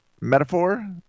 metaphor